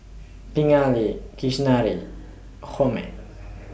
Pingali Kasinadhuni Homi